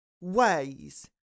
ways